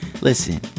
Listen